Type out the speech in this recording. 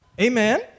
Amen